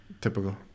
Typical